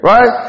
Right